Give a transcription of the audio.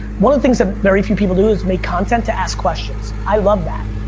one of the things that very few people do is make content to ask questions, i love that,